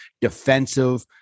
defensive